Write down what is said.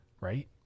right